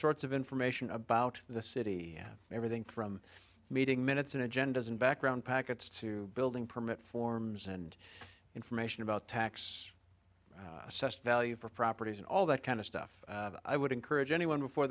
sorts of information about the city everything from meeting minutes and agendas and background packets to building permit forms and information about tax assessed value for properties and all that kind of stuff i would encourage anyone before